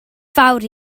fawr